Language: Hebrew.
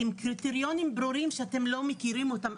עם קריטריונים ברורים שאתם לא מכירים אותם,